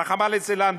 רחמנא ליצלן,